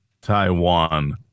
Taiwan